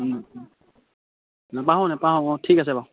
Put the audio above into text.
নাপাহৰোঁ নাপাহৰোঁ অঁ ঠিক আছে বাৰু